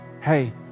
hey